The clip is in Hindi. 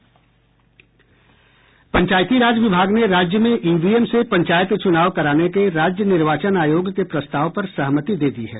पंचायती राज विभाग ने राज्य में ईवीएम से पंचायत चुनाव कराने के राज्य निर्वाचन आयोग के प्रस्ताव पर सहमति दे दी है